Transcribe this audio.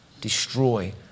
destroy